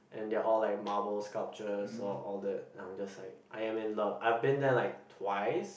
and they are all like Marvel sculptures so all that I am just like I am in love I've been there like twice